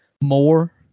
more